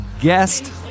guest